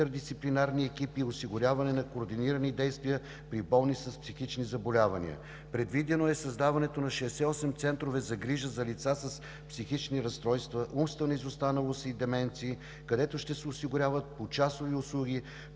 интердисциплинарни екипи; осигуряване на координирани действия при болни с психични заболявания. Предвидено е създаването на 68 центрове за грижа за лица с психични разстройства, умствена изостаналост и деменции, където ще се осигуряват почасови услуги,